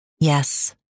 Yes